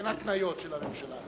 אין התניות של הממשלה.